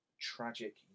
tragic